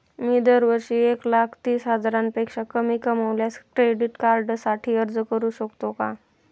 मी दरवर्षी एक लाख तीस हजारापेक्षा कमी कमावल्यास क्रेडिट कार्डसाठी अर्ज करू शकतो का?